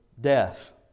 death